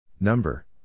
Number